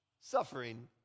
Suffering